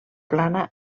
plana